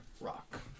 rock